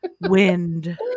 wind